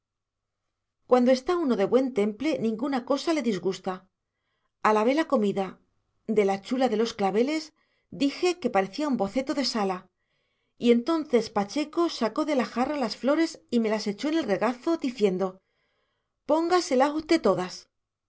cuando está uno de buen temple ninguna cosa le disgusta alabé la comida de la chula de los claveles dije que parecía un boceto de sala y entonces pacheco sacó de la jarra las flores y me las echó en el regazo diciendo póngaselas usted todas